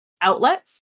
outlets